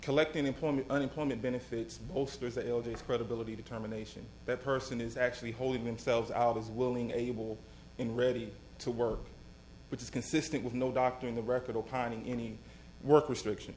collecting employment unemployment benefits bolsters the l d s credibility determination that person is actually holding themselves out as willing able in ready to work which is consistent with no doctor in the record opining any work restriction